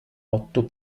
otto